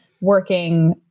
working